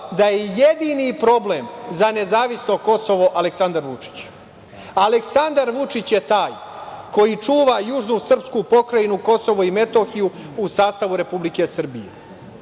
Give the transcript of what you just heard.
da je jedini problem za nezavisno Kosovo Aleksandar Vučić. Aleksandar Vučić je taj koji čuva južnu srpsku pokrajinu, Kosovo i Metohiju u sastavu Republike Srbije.